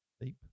Deep